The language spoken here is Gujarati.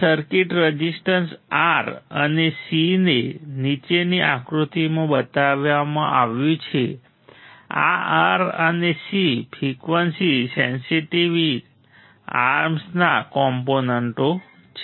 આ સર્કિટ રઝિસ્ટન્સ R અને C ને નીચેની આકૃતિમાં બતાવવામાં આવ્યું છે આ R અને C ફ્રિકવન્સી સેન્સિટિવ આર્મ્સના કોમ્પોનન્ટો છે